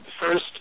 First